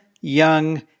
young